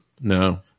No